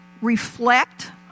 reflect